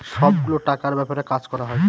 সব গুলো টাকার ব্যাপারে কাজ করা হয়